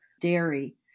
dairy